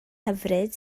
hyfryd